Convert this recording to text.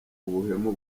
ubuhemu